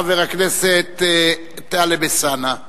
חבר הכנסת טלב אלסאנע.